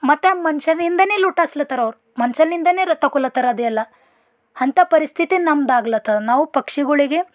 ಮತ್ತು ಆ ಮನ್ಷರಿಂದನೇ ಲೂಟಾಸ್ಲತಾರ್ ಅವ್ರು ಮನ್ಷರಿಂದನೇ ರತಕೊಲತಾರ್ ಅದೆಲ್ಲ ಅಂಥ ಪರಿಸ್ಥಿತಿ ನಮ್ದು ಆಗ್ಲತದ ನಾವು ಪಕ್ಷಿಗಳಿಗೆ